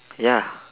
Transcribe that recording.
ya